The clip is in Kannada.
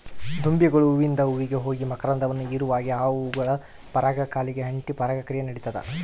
ದುಂಬಿಗಳು ಹೂವಿಂದ ಹೂವಿಗೆ ಹೋಗಿ ಮಕರಂದವನ್ನು ಹೀರುವಾಗೆ ಆ ಹೂಗಳ ಪರಾಗ ಕಾಲಿಗೆ ಅಂಟಿ ಪರಾಗ ಕ್ರಿಯೆ ನಡಿತದ